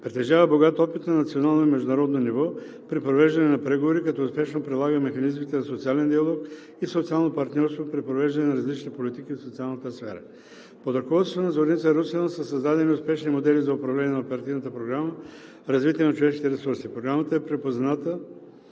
Притежава богат опит на национално и международно ниво при провеждане на преговори, като успешно прилага механизмите на социален диалог и социално партньорство при провеждане на различните политики в социалната сфера. Под ръководството на Зорница Русинова са създадени успешни модели за управление на Оперативната програма „Развитие на човешките ресурси“. Програмата е припозната